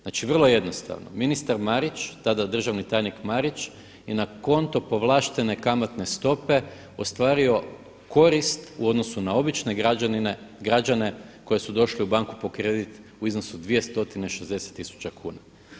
Znači vrlo jednostavno ministar Marić tada državni tajnik Marić je na konto povlaštene kamatne stope ostvario korist u odnosu na obične građane koji su došli u banku po kredit u iznosu 2 stotine 60 tisuća kuna.